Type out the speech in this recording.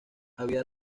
había